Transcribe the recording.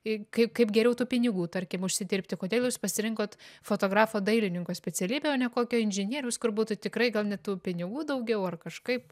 ir kaip kaip geriau tų pinigų tarkim užsidirbti kodėl jūs pasirinkot fotografo dailininko specialybę o ne kokio inžinieriaus kur būtų tikrai gal net tų pinigų daugiau ar kažkaip